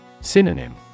Synonym